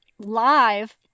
live